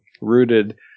rooted